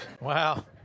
Wow